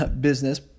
business